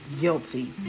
guilty